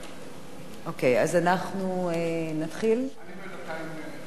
אני בינתיים מקשיב.